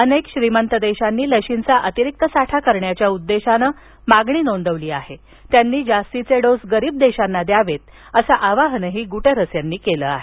अनेक श्रीमंत देशांनी लशींचा अतिरिक्त साठा करण्याच्या उद्देशानं मागणी नोंदवल्या असून त्यांनी जास्तीचे डोस गरीब देशांना द्यावेत असं आवाहन गुटेरेस यांनी केलं आहे